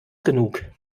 genug